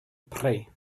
pray